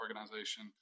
organization